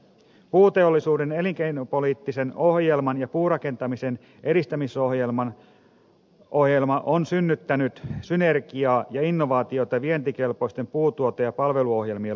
puuteollisuuden elinkeinopoliittinen ohjelma ja puurakentamisen edistämisohjelma ovat synnyttäneet synergiaa ja innovaatioita vientikelpoisten puutuote ja palveluohjelmien luomiseksi